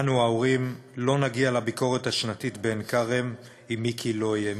אנו ההורים לא נגיע לביקורת השנתית בעין-כרם אם מיקי לא יהיה,